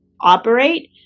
operate